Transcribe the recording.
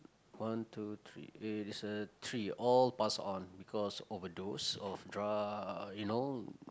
one two three eh it's a three all pass on because overdose of drug you know